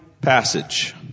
passage